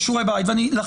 אגב,